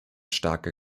starke